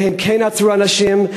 והם כן עצרו אנשים,